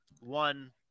one